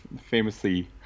famously